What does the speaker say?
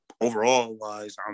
overall-wise